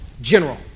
general